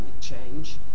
change